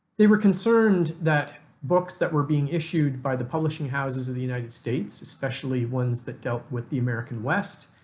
they were concerned that books that were being issued by the publishing houses of the united states, states, especially ones that dealt with the american west,